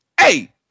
Hey